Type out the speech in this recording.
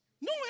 No